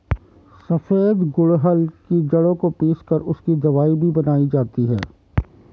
सफेद गुड़हल की जड़ों को पीस कर उसकी दवाई भी बनाई जाती है